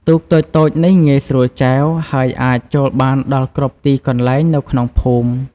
ទូកតូចៗនេះងាយស្រួលចែវ ហើយអាចចូលបានដល់គ្រប់ទីកន្លែងនៅក្នុងភូមិ។